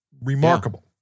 remarkable